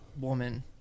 Woman